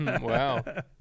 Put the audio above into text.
wow